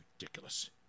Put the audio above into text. ridiculous